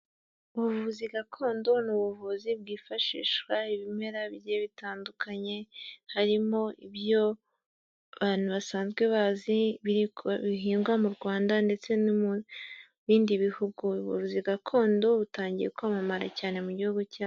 Ubuvuzi gakondo n'ubuvuzi bwifashishwa ibimera bigiye bitandukanye harimo ibyo abantu basanzwe bazi bihingwa mu Rwanda ndetse no mu bindi bihugu ubuvuzi gakondo butangiye kwamamara cyane mu gihugu cyacu.